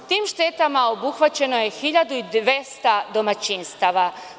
Tim štetama obuhvaćeno je 1.200 domaćinstava.